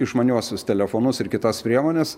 išmaniuosius telefonus ir kitas priemones